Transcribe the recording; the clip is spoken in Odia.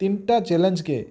ତିନ୍ଟା ଚ୍ୟାଲେଞ୍ଜ୍ କେ